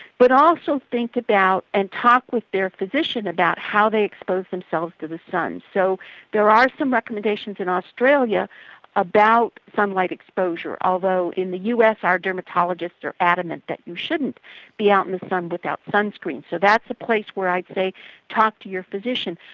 but also think about and talk with their physician about how they expose themselves to the sun. so there are some recommendations in australia about sunlight exposure, although in the us our dermatologists are adamant that you shouldn't be out in the sun without sunscreen. so that's a place where i'd say talk to your physician.